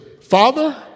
Father